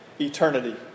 eternity